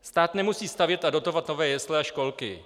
Stát nemusí stavět a dotovat nové jesle a školky.